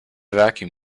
vacuum